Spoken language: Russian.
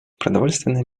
продовольственная